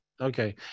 okay